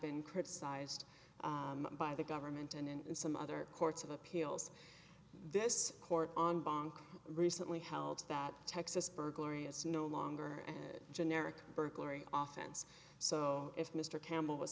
been criticized by the government and some other courts of appeals this court on bunk recently held that texas burglary is no longer and generic burglary oftens so if mr campbell w